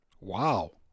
Wow